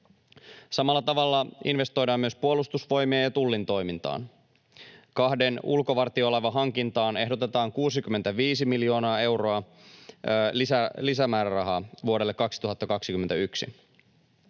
Samalla tavalla investoidaan myös Puolustusvoimien ja Tullin toimintaan. Kahden ulkovartiolaivan hankintaan ehdotetaan 65 miljoonaa euroa lisämäärärahaa vuodelle 2021.